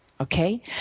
Okay